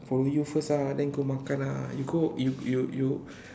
follow you first ah then go makan ah you go you you you